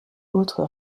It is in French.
autres